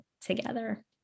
together